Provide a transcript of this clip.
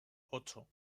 ocho